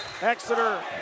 Exeter